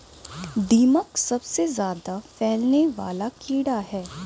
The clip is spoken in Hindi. दीमक सबसे ज्यादा फैलने वाला कीड़ा है